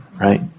right